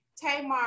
Tamar